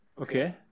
Okay